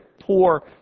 poor